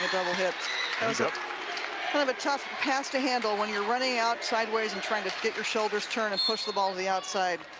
double hit and so kind of a tough pass to handle when you're running out sidewaysand trying to get your shouldersto turn and push the ball to theoutside.